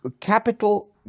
capital